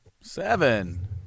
Seven